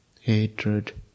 hatred